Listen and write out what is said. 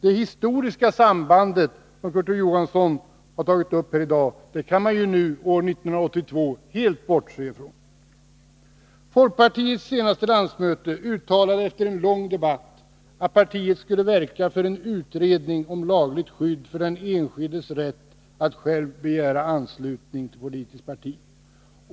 Det historiska sambandet, som Kurt Ove Johansson har tagit upp här i dag, kan man nu helt bortse från. Folkpartiets senaste landsmöte uttalade efter en lång debatt att partiet skall verka för en utredning om lagligt skydd för den enskildes rätt att själv begära anslutning till politiskt parti.